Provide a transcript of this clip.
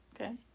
Okay